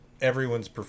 everyone's